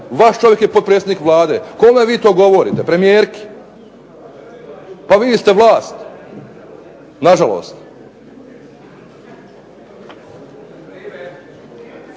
vaš čovjek je potpredsjednik Vlade, kome vi to govorite, premijerki. Pa vi ste vlast. Na žalost.